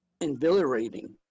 invigorating